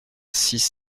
six